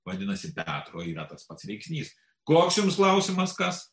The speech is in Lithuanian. vadinasi petro yra tas pats veiksnys koks jums klausimas kas